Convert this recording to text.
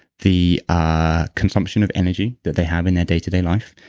the ah consumption of energy that they have in their day to day life,